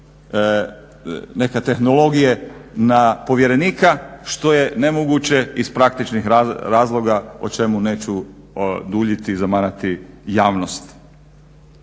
neke tehnologije na povjerenika što je nemoguće iz praktičnih razloga o čemu neću duljiti i zamarati javnost.